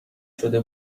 شده